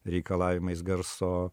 reikalavimais garso